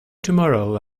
tomorrow